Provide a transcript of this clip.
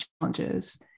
challenges